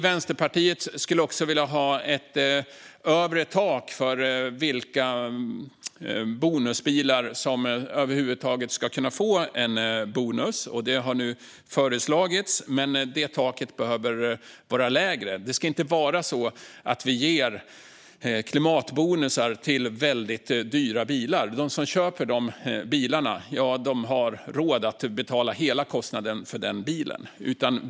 Vänsterpartiet vill också ha ett övre tak för vilka bilar som över huvud taget ska kunna få en bonus. Detta har nu föreslagits, men det taket behöver vara lägre. Klimatbonusar ska inte delas ut till väldigt dyra bilar, för de som köper dessa bilar har råd att betala hela kostnaden.